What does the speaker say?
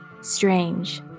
strange